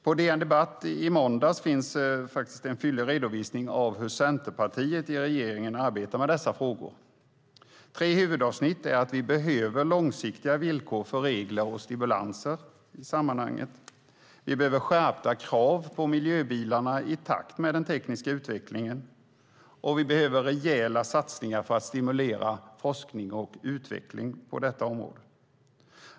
På DN Debatt i måndags fanns en fyllig redovisning av hur Centerpartiet i regeringen arbetar med dessa frågor. Tre huvudavsnitt är att vi behöver långsiktiga villkor för regler och stimulanser, vi behöver skärpta krav på miljöbilar i takt med den tekniska utvecklingen och vi behöver rejäla satsningar för att stimulera forskning och utveckling på detta område.